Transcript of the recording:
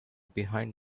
behind